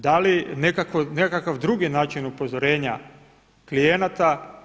Da li nekakav drugi način upozorenja klijenata?